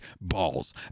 Balls